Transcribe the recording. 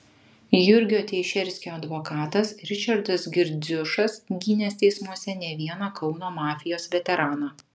jurgio teišerskio advokatas ričardas girdziušas gynęs teismuose ne vieną kauno mafijos veteraną